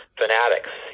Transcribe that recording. fanatics